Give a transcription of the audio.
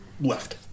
left